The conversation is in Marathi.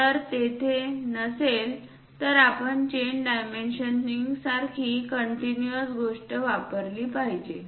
जर ते तेथे नसेल तर आपण चेन डायमेन्शनिंग सारखी कंटीन्यूअस गोष्ट वापरली पाहिजे